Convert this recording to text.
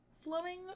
flowing